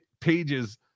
pages